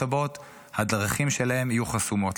הבאות הדרכים שלהם לכנסת יהיו חסומות.